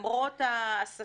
המתיחות שהייתה